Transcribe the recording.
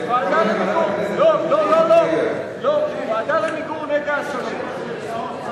33, נגד, 18, אין נמנעים.